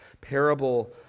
parable